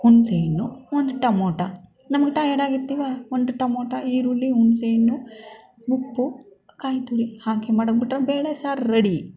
ಹುಣಸೇ ಹಣ್ಣು ಒಂದು ಟಮೋಟ ನಮ್ಗೆ ಟಯರ್ಡ್ ಆಗಿರ್ತೀವಾ ಒಂದು ಟಮೋಟ ಈರುಳ್ಳಿ ಹುಣಸೇ ಹಣ್ಣು ಉಪ್ಪು ಕಾಯಿ ತುರಿ ಹಾಕಿ ಮಡಗ್ಬಿಟ್ರೆ ಬೇಳೆ ಸಾರು ರೆಡಿ